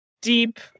deep